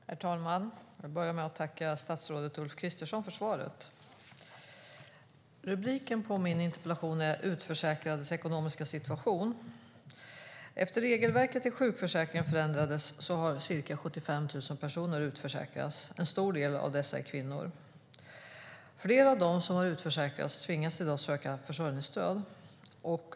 Herr talman! Jag ska börja med att tacka statsrådet Ulf Kristersson för svaret. Rubriken på min interpellation är Utförsäkrades ekonomiska situation . Efter det att regelverket för sjukförsäkringen förändrades har ca 75 000 personer utförsäkrats. En stor del av dessa är kvinnor. Fler av dem som har utförsäkrats tvingas i dag söka försörjningsstöd.